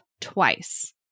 twice